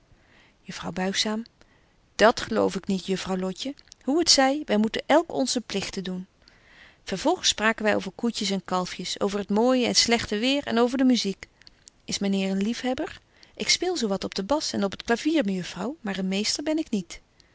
juffrouw buigzaam dat geloof ik niet juffrouw lotje hoe het zy wy moeten elk onse pligten doen vervolgens spraken wy over koetjes en kalfjes over het mooije en slegte weêr en over de muziek is myn heer een liefhebber ik speel zo wat op de bas en op t clavier mejuffrouw maar een meester ben ik niet